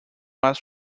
was